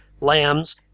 Lamb's